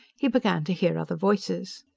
he began to hear other voices.